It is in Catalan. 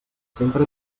sempre